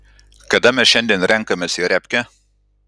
kada mes šiandien renkamės į repkę